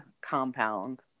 compound